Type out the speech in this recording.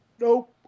Nope